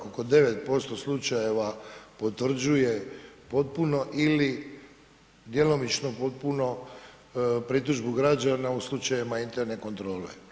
Oko 9% slučajeva potvrđuje potpuni ili djelomično potpuno pritužbu građana u slučajevima interne kontrole.